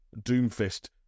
Doomfist